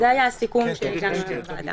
זה היה הסיכום שהגענו אליו בוועדה.